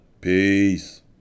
Peace